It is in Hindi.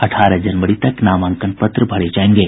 अठारह जनवरी तक नामांकन पत्र भरे जायेंगे